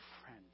friend